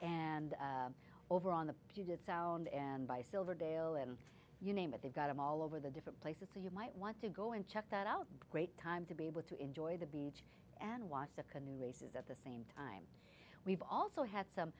and over on the puget sound and by silverdale and you name it they've got them all over the different places so you might want to go and check that out great time to be able to enjoy the beach and watch the canoe races at the same time we've also had some